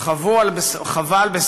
חווה על בשרו,